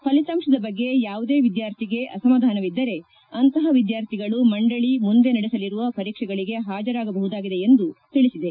ಫಲಿತಾಂಶದ ಬಗ್ಗೆ ಯಾವುದೇ ವಿದ್ಯಾರ್ಥಿಗೆ ಅಸಮಧಾನವಿದ್ದರೆ ಅಂತಹ ವಿದ್ಯಾರ್ಥಿಗಳು ಮಂಡಳಿ ಮುಂದೆ ನಡೆಸಲಿರುವ ಪರೀಕ್ಷೆಗಳಿಗೆ ಹಾಜರಾಗಬಹುದಾಗಿದೆ ಎಂದು ತಿಳಿಸಿದೆ